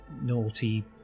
naughty